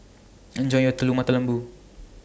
Enjoy your Telur Mata Lembu